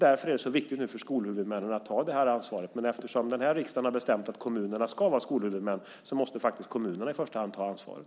Därför är det nu så viktigt för skolhuvudmännen att ta det här ansvaret, och eftersom den här riksdagen har bestämt att kommunerna ska vara skolhuvudmän måste faktiskt kommunerna i första hand ta ansvaret.